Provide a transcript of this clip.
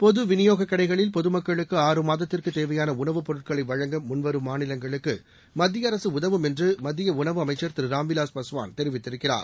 பொதுவிநியோக கடைகளில் பொதுமக்களுக்கு ஆறு மாதத்திற்கு தேவையான உணவுப் பொருட்களை வழங்க முன்வரும் மாநிலங்களுக்கு மத்திய அரசு உதவும் என்று மத்திய உணவு அமைச்சர் திரு ராம்விலாஸ் பாஸ்வான் தெரிவித்திருக்கிறார்